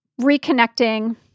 reconnecting